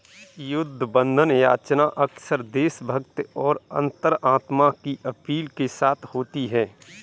युद्ध बंधन याचना अक्सर देशभक्ति और अंतरात्मा की अपील के साथ होती है